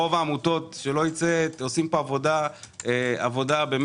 רוב העמותות עושות פה עבודה מדהימה,